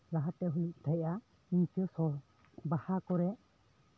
ᱞᱟᱦᱟᱛᱮ ᱦᱩᱭᱩᱜ ᱛᱟᱦᱮᱸᱜᱼᱟ ᱱᱤᱝᱠᱟᱹ ᱥᱳᱨ ᱵᱟᱦᱟ ᱠᱚᱨᱮᱜ